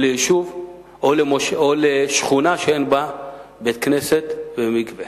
או ליישוב או לשכונה שאין שם בית-כנסת ומקווה.